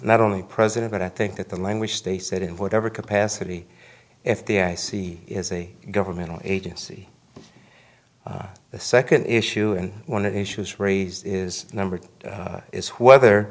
not only president but i think that the language they said in whatever capacity if the i c is a governmental agency the second issue and one of the issues raised is number two is whether